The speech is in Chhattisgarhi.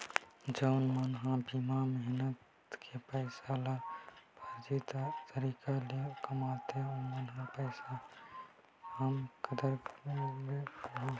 जउन मन ह बिना मेहनत के पइसा ल फरजी तरीका ले कमाथे ओमन ह पइसा के काय कदर करे सकही